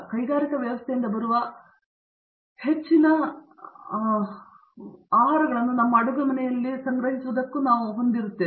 ಕೈಗಾರಿಕಾ ವ್ಯವಸ್ಥೆಯಿಂದ ಬರುವ ಹೆಚ್ಚಿನ ಆಹಾರಗಳನ್ನು ನಮ್ಮ ಅಡುಗೆಮನೆಯಲ್ಲಿ ಮಾಡಲಾಗುವುದಕ್ಕಿಂತಲೂ ಸಹ ನಾವು ಹೊಂದಿದ್ದೇವೆ